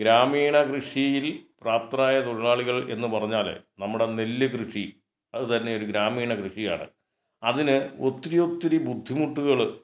ഗ്രാമീണ കൃഷിയിൽ പ്രാപ്തരായ തൊഴിലാളികൾ എന്ന് പറഞ്ഞാൽ നമ്മുടെ നെല്ല് കൃഷി അത് തന്നെ ഒരു ഗ്രാമീണ കൃഷിയാണ് അതിന് ഒത്തിരി ഒത്തിരി ബുദ്ധിമുട്ടുകൾ